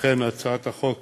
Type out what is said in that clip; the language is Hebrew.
לכן הצעת החוק